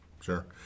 sure